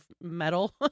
metal